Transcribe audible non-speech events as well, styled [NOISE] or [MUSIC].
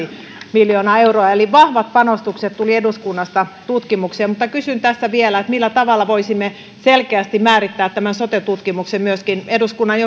miljoonaa euroa eli vahvat panostukset tulivat eduskunnasta tutkimukseen mutta kysyn tässä vielä millä tavalla voisimme selkeästi määrittää tämän sote tutkimuksen myöskin eduskunnan [UNINTELLIGIBLE]